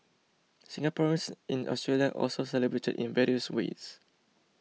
Singaporeans in Australia also celebrated in various ways